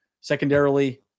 secondarily